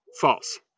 False